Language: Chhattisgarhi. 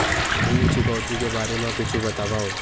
ऋण चुकौती के बारे मा कुछु बतावव?